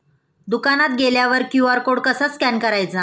दुकानात गेल्यावर QR code कसा स्कॅन करायचा?